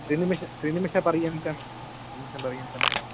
त्रिनिमिष त्रिनिमिषपर्यन्तं निमिषपर्यन्तमेव